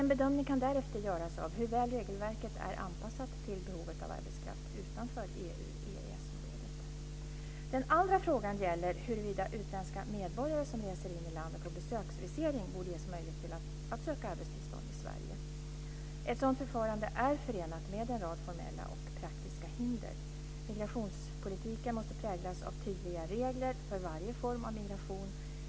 En bedömning kan därefter göras av hur väl regelverket är anpassat till behovet av arbetskraft utanför Den andra frågan gäller huruvida utländska medborgare som reser in i landet på besöksvisering borde ges möjlighet att söka arbetstillstånd i Sverige. Ett sådant förfarande är förenat med en rad formella och praktiska hinder. Migrationspolitiken måste präglas av tydliga regler för varje form av migration.